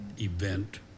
event